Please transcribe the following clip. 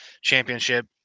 championship